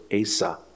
Asa